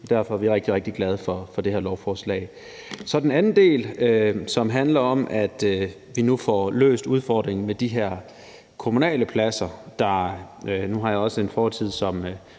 derfor er vi rigtig, rigtig glade for det her lovforslag. Så er der den anden del, som handler om, at vi nu får løst udfordringen med de her kommunale pladser. Nu har jeg også en fortid som